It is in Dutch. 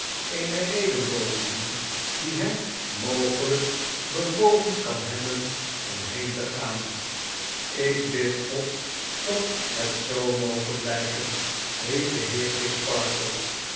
treurig tezyn eeneredenbovendien die hem mogelyk bewogen kan hebben om heen te gaan jk bid god dat het zoo moge blijken riep de heer